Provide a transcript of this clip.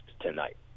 tonight